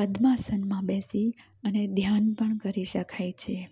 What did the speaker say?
પદ્માસનમાં બેસી અને ધ્યાન પણ કરી શકાય છે